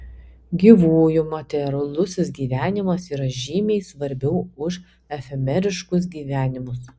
gyvųjų materialusis gyvenimas yra žymiai svarbiau už efemeriškus gyvenimus